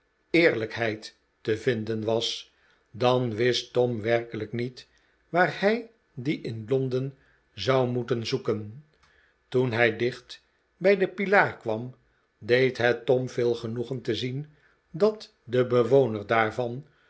eerlijkheid te vinden was dan wist tom werkelijk niet waar hij die in londen zou moeten zoeken toen hij dicht bij den pilaar kwam deed het tom veel genoegen te zien dat de bewoner daarvan